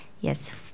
yes